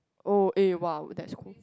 oh eh !wow! that's cool